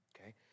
okay